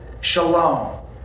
Shalom